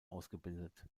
ausgebildet